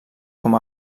com